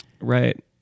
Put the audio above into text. Right